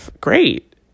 Great